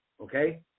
Okay